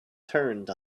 turned